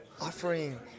offering